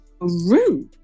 Rude